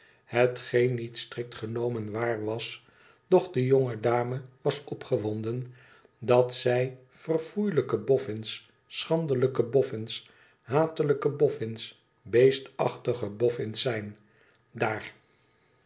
hetgeen niet strikt genomen waar was doch de jonge dame was opgewonden dat zij verfoeielijke boffins schandelijke boffins hatelijke boffins beestachtige boffins zijn daar